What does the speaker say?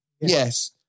Yes